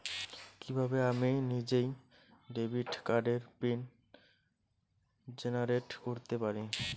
কিভাবে আমি নিজেই ডেবিট কার্ডের পিন জেনারেট করতে পারি?